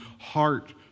heart